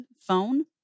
phone